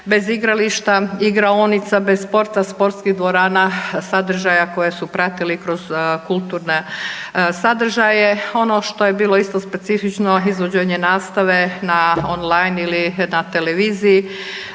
bez igrališta, igraonica, bez sporta, sportskih dvorana, sadržaja koje su pratili kroz kulturne sadržaje. Ono što je bilo isto specifično izvođenje nastave na on-line ili na televiziji,